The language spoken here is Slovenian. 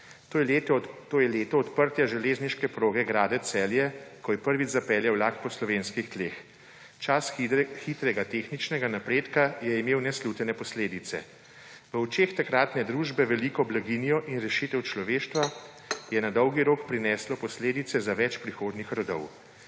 To je leto odprtja železniške proge Gradec–Celje, ko je prvič zapeljal vlak po slovenskih tleh. Čas hitrega tehničnega napredka je imel neslutene posledice. V očeh takratne družbe veliko blaginjo in rešitev človeštva je na dolgi rok prineslo posledice za več prihodnjih rodov.